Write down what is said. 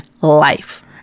life